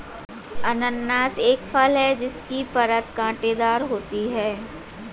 अनन्नास एक फल है जिसकी परत कांटेदार होती है